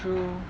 true